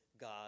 god